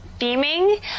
theming